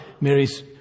Mary's